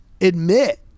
admit